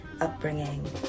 upbringing